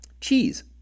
Cheese